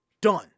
Done